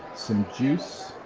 some juice.